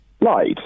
lied